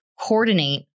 coordinate